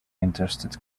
interested